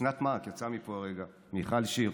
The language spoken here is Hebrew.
אוסנת מארק, יצאה מפה הרגע, מיכל שיר.